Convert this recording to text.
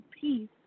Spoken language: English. peace